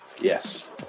Yes